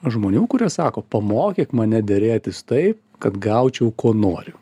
žmonių kurie sako pamokyk mane derėtis taip kad gaučiau ko noriu